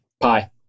Pie